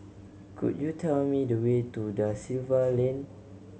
could you tell me the way to Da Silva Lane